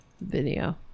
video